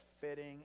fitting